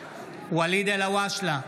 אלהואשלה,